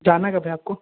जाना कब है आपको